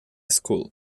school